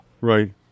right